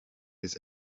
his